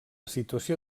situació